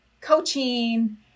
coaching